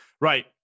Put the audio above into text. right